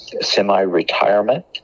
semi-retirement